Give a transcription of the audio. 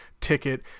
ticket